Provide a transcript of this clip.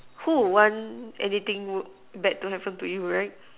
who would want anything bad to happen to you right